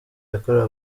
yakorewe